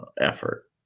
effort